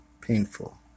painful